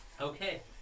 Okay